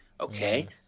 okay